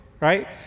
right